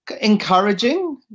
encouraging